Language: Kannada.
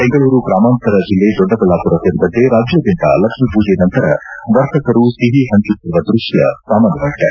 ಬೆಂಗಳೂರು ಗ್ರಾಮಾಂತರ ಜಿಲ್ಲೆ ದೊಡ್ಡಬಳ್ಳಾಪುರ ಸೇರಿದಂತೆ ರಾಜ್ಯಾದ್ಯಂತ ಲಕ್ಷ್ಮೀ ಪೂಜೆ ನಂತರ ವರ್ತಕರು ಸಿಹಿ ಹಂಚುತ್ತಿರುವ ದೃಶ್ಯ ಸಾಮಾನ್ಯವಾಗಿದೆ